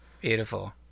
beautiful